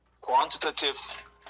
quantitative